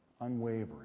unwavering